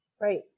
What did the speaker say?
right